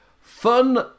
Fun